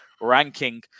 ranking